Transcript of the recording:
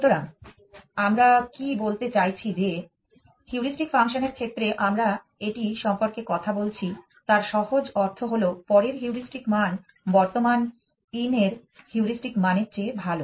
সুতরাং আমরা কি বলতে চাইছি যে হিউরিস্টিক ফাংশনের ক্ষেত্রে আমরা এটি সম্পর্কে কথা বলছি তার সহজ অর্থ হল পরের হিউরিস্টিক মান বর্তমান ইন এর হিউরিস্টিক মানের চেয়ে ভাল